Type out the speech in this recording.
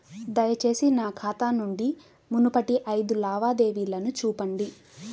దయచేసి నా ఖాతా నుండి మునుపటి ఐదు లావాదేవీలను చూపండి